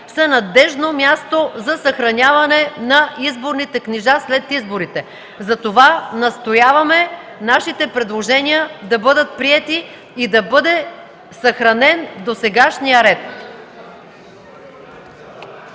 са надеждно място за съхраняване на изборните книжа след изборите. Затова настояваме нашите предложения да бъдат приети и да бъде съхранен досегашният ред.